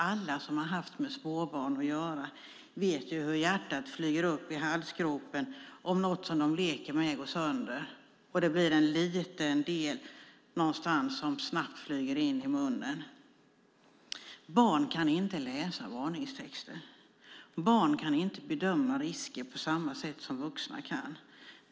Alla som har haft med småbarn att göra vet hur hjärtat flyger upp i halsgropen om något som de leker med går sönder och det blir en liten del som snabbt flyger in i munnen. Barn kan inte läsa varningstexter. Barn kan inte bedöma risker på samma sätt som vuxna kan.